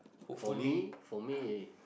for me for me